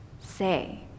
say